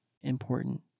important